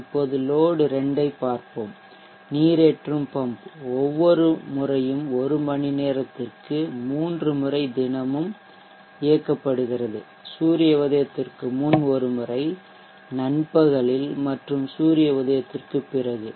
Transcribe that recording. இப்போது லோட் 2 ஐப் பார்ப்போம் நீரேற்றும் பம்ப் ஒவ்வொரு முறையும் 1 மணி நேரத்திற்கு 3 முறை தினமும் சூரிய உதயத்திற்கு முன் ஒரு முறை நண்பகலில் மற்றும் சூரிய உதயத்திற்குப் பிறகு